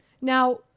Now